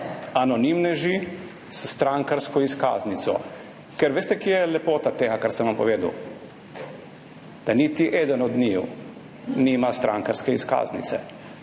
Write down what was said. anonimneži s strankarsko izkaznico, ker veste, kje je lepota tega, kar sem vam povedal? Da niti eden od njiju nima strankarske izkaznice.